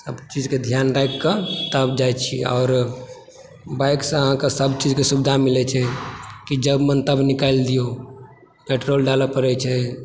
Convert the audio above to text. सभ चीजके ध्यान राखि कऽ तब जाइत छियै आओर बाइकसँ अहाँके सभ चीजके सुविधा मिलैत छै कि जब मन तब निकालि दियौ पेट्रोल डालय पड़ैत छै